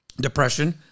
depression